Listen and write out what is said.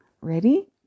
Ready